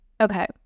Okay